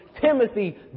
Timothy